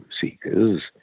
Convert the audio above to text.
seekers